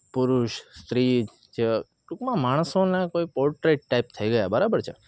પુરુષ સ્ત્રી જ ટૂંકમાં માણસોના કોઈ પોટ્રેટ ટાઈપ થઈ ગયા બરાબર છે